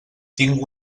tinc